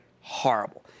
horrible